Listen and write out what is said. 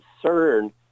concern